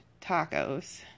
tacos